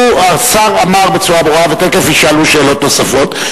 השר אמר בצורה ברורה, ותיכף יישאלו שאלות נוספות: